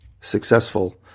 successful